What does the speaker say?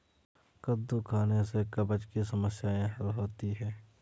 कद्दू खाने से कब्ज़ की समस्याए हल होती है